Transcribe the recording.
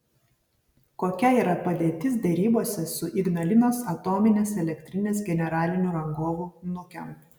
kokia yra padėtis derybose su ignalinos atominės elektrinės generaliniu rangovu nukem